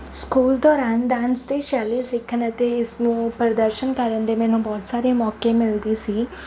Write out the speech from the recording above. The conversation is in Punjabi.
ਸਕੂਲ ਦੌਰਾਨ ਡਾਂਸ ਅਤੇ ਸ਼ੈਲੀ ਸਿੱਖਣ ਅਤੇ ਇਸਨੂੰ ਪ੍ਰਦਰਸ਼ਨ ਕਰਨ ਦੇ ਮੈਨੂੰ ਬਹੁਤ ਸਾਰੇ ਮੌਕੇ ਮਿਲਦੇ ਸੀ